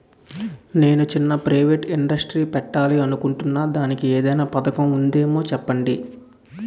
నేను చిన్న private industry పెట్టాలి అనుకుంటున్నా దానికి ఏదైనా పథకం ఉందేమో చెప్పండి?